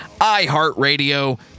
iHeartRadio